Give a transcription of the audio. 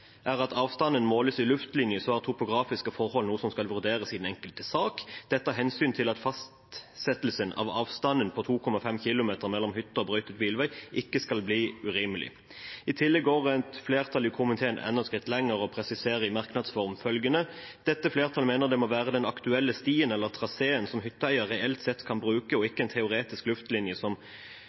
er at avstanden måles i luftlinje, er topografiske forhold noe som skal vurderes i den enkelte sak, dette av hensyn til at fastsettelsen av avstandskravet på 2,5 km mellom hytte og brøytet bilvei ikke skal bli urimelig.» I tillegg går et flertall i komiteen enda et skritt lenger og presiserer i merknadsform følgende: «Dette flertallet mener det må være den aktuelle stien eller traseen som hytteeier reelt sett kan bruke, og ikke en teoretisk luftlinje,